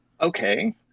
Okay